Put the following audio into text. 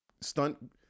stunt